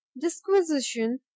disquisition